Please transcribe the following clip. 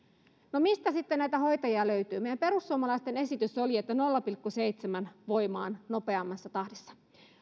mistä sitten näitä hoitajia löytyy meidän perussuomalaisten esitys oli että nolla pilkku seitsemään voimaan nopeammassa tahdissa